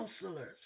counselors